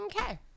Okay